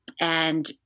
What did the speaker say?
and-